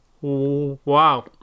wow